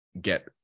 get